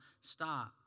stop